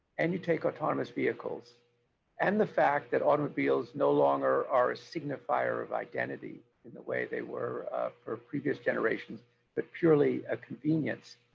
and you take autonomous vehicles and the fact that automobiles no longer are a signifier of identity in the way they were for previous generations but purely a convenience,